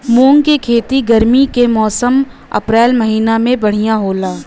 मुंग के खेती गर्मी के मौसम अप्रैल महीना में बढ़ियां होला?